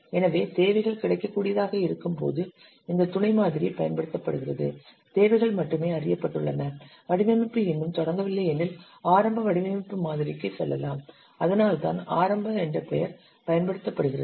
எனவே தேவைகள் கிடைக்கக்கூடியதாக இருக்கும்போது இந்த துணை மாதிரி பயன்படுத்தப்படுகிறது தேவைகள் மட்டுமே அறியப்பட்டுள்ளன வடிவமைப்பு இன்னும் தொடங்கவில்லை எனில் ஆரம்ப வடிவமைப்பு மாதிரிக்கு செல்லலாம் அதனால்தான் ஆரம்ப என்ற பெயர் பயன்படுத்தப்படுகிறது